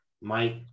Mike